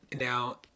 Now